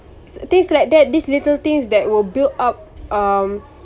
things like that this little things that will build up um